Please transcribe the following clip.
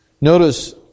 Notice